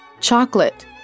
chocolate